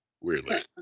Weirdly